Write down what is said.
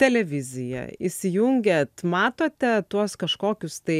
televiziją įsijungiat matote tuos kažkokius tai